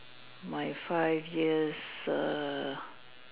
my five years err